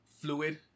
fluid